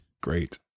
great